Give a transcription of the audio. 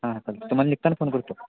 हां हां चालेल तुम्हाला निघताना फोन करतो